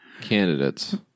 Candidates